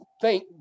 thank